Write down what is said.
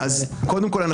קודם כול,